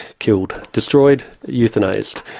killed, destroyed, euthanased.